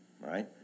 right